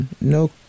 No